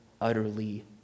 utterly